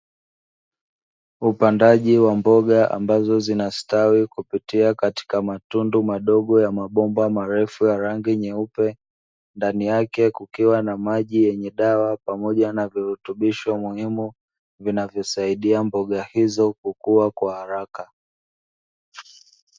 Upandaji wa mboga ambazo zinastawi kupitia katika matundu madogo ya mabomba marefu ya rangi nyeupe, ndani yake kukiwa na maji yenye dawa pamoja na virutubisho muhimu vinavyosaidia mboga hizo kukua kwa haraka.